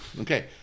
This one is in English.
Okay